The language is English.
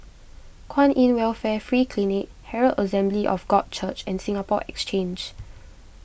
Kwan in Welfare Free Clinic Herald Assembly of God Church and Singapore Exchange